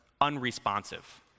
unresponsive